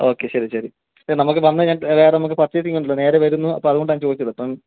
okay ശരി ശെരി പിന്നെ നമുക്ക് അന്ന് ഞാൻ വേറെ നമുക്ക് പര്ച്ചേസിങ്ങ് ഒന്നുമില്ല നേരെ വരുന്നു അപ്പോൾ അതുകൊണ്ടാണ് ഞാന് ചോദിച്ചത് അപ്പം